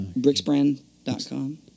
bricksbrand.com